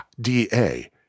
D-A